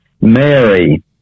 Mary